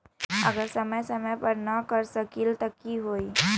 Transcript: अगर समय समय पर न कर सकील त कि हुई?